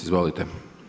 Izvolite.